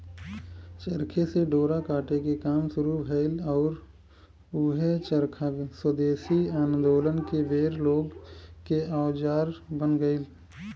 चरखे से डोरा काटे के काम शुरू भईल आउर ऊहे चरखा स्वेदेशी आन्दोलन के बेर लोग के औजार बन गईल